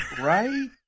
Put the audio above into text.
Right